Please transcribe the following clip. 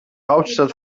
hauptstadt